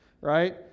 right